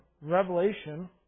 revelation